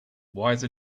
wise